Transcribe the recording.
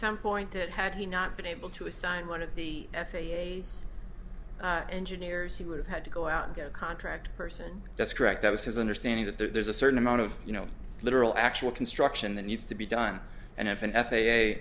some point that had he not been able to assign one of the f a a engineers he would have had to go out get a contract person that's correct that was his understanding that there's a certain amount of you know literal actual construction that needs to be done and if an